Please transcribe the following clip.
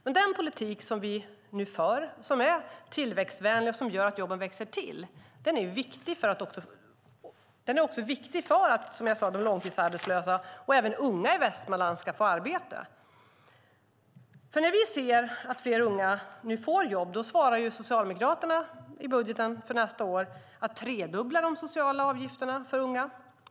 Men den politik som vi nu för, som är tillväxtvänlig och som gör att jobben växer till, är också viktig för att, som jag sade, de långtidsarbetslösa och de unga i Västmanland ska få arbete. När vi ser att fler unga nu får jobb svarar Socialdemokraterna i budgeten för nästa år med att tredubbla de sociala avgifterna för unga.